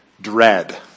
dread